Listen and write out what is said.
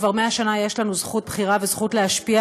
כבר 100 שנה יש לנו זכות בחירה וזכות להשפיע